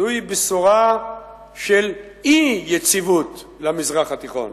זוהי בשורה של אי-יציבות למזרח התיכון.